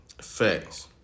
Facts